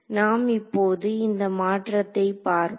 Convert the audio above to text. நாம் இப்போது இந்த மாற்றத்தை பார்ப்போம்